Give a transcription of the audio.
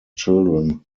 children